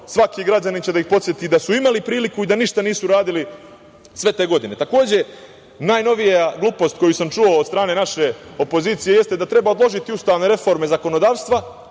svaki građanin će da ih podseti da su imali priliku i da ništa nisu uradili sve te godine. Takođe, najnovija glupost koju sam čuo od strane naše opozicije jeste da treba odložiti ustavne reforme zakonodavstva,